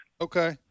Okay